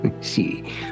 see